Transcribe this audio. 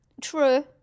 true